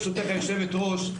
ברשותך היושבת-ראש,